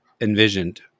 envisioned